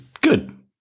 Good